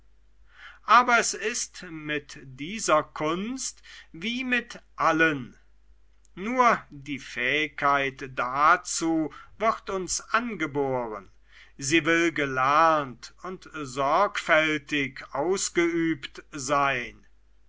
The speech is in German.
aber es ist mit dieser kunst wie mit allem nur die fähigkeit dazu wird uns angeboren sie will gelernt und sorgfältig ausgeübt sein